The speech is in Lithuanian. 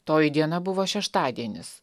toji diena buvo šeštadienis